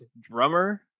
drummer